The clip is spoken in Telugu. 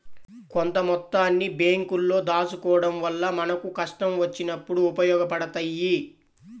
కొంత మొత్తాన్ని బ్యేంకుల్లో దాచుకోడం వల్ల మనకు కష్టం వచ్చినప్పుడు ఉపయోగపడతయ్యి